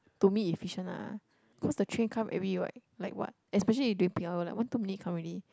to me efficient lah cause the train come every what like what especially during peak hour like one two minute come already